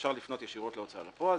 אפשר לפנות ישירות להוצאה לפועל,